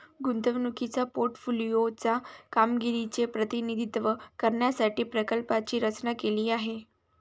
गुंतवणुकीच्या पोर्टफोलिओ च्या कामगिरीचे प्रतिनिधित्व करण्यासाठी प्रकल्पाची रचना केली आहे